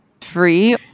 free